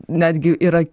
netgi yra